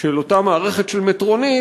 של אותה מערכת של מטרונית,